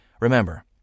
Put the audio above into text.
Remember